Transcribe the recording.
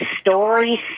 stories